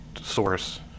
source